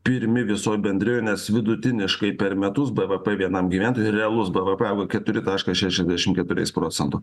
pirmi visoj bendrijoj nes vidutiniškai per metus bvp vienam gyventojui realus bvp augo keturi taškas šešiasdešimt keturi procento